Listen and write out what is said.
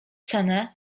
cenę